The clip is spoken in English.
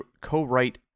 co-write